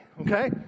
okay